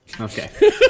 Okay